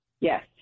Yes